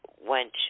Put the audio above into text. went